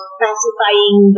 pacifying